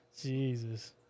jesus